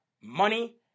money